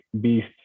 beast